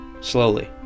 slowly